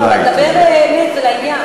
לא, אבל דבר אמת ולעניין.